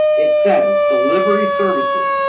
it says delivery services,